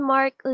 Mark